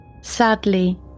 Sadly